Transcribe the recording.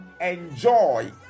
enjoy